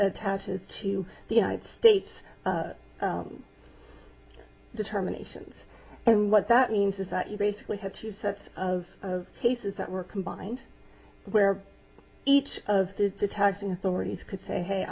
attaches to the united states determinations and what that means is that you basically have two sets of cases that were combined where each of the taxing authorities could say hey